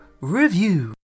Review